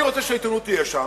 אני רוצה שהעיתונות תהיה שם,